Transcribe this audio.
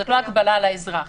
זאת לא הגבלה לאזרח.